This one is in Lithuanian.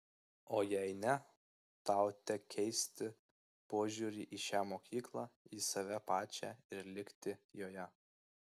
o jei ne tau tek keisti požiūrį į šią mokyklą į save pačią ir likti joje